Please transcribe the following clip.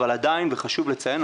אבל עדיין וחשוב לציין,